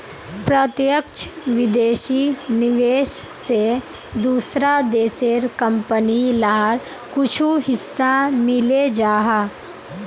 प्रत्यक्ष विदेशी निवेश से दूसरा देशेर कंपनी लार कुछु हिस्सा मिले जाहा